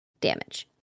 damage